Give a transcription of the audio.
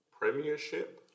premiership